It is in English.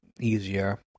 easier